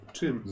Czym